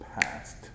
past